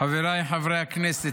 חבריי חברי הכנסת,